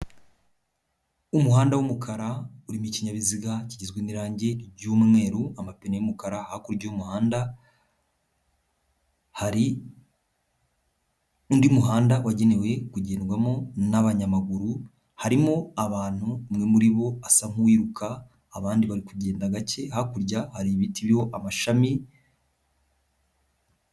Umuhanda w'umukara, urimo ikinyabiziga kigizwe n'irangi ry'umweru, amapine y'umukara, hakurya y'umuhanda, hari undi muhanda wagenewe kugendwamo n'abanyamaguru, harimo abantu, umwe muri bo asa n'uwiruka, abandi bari kugenda gake, hakurya hari ibiti biriho amashami...